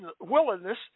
willingness